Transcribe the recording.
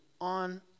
on